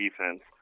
defense